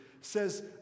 says